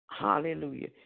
Hallelujah